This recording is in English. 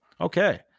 okay